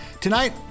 Tonight